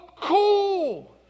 cool